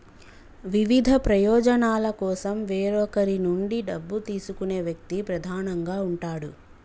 వివిధ ప్రయోజనాల కోసం వేరొకరి నుండి డబ్బు తీసుకునే వ్యక్తి ప్రధానంగా ఉంటాడు